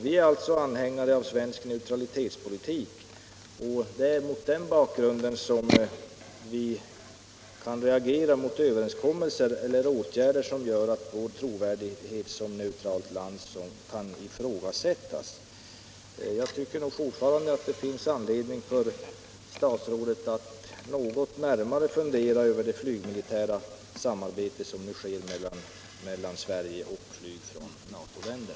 Vi är alltså anhängare av svensk neutralitetspolitik, och det är mot den bakgrunden som vi kan reagera mot överenskommelser eller åtgärder som gör att vår trovärdighet som neutralt land kan ifrågasättas. Jag tycker fortfarande att det finns anledning för statsrådet att något närmare fundera över det flygsamarbete som här sker mellan Sverige och till NATO anslutna länder.